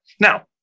Now